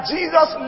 Jesus